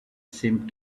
seemed